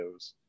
videos